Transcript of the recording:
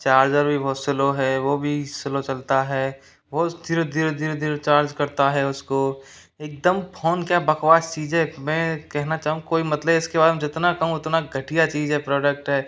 charger भी बहुत slow है वो भी स्लो चलता है वो धीरे धीरे धीरे धीरे चार्ज करता है उसको एकदम फोन क्या बकवास चीज है मैं कहना चाहूँगा कोई मत ले इसके बारे में जितना कहूँ उतना घटिया चीज है प्रोडक्ट है